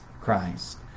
Christ